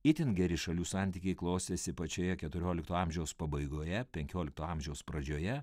itin geri šalių santykiai klostėsi pačioje keturiolikto amžiaus pabaigoje penkiolikto amžiaus pradžioje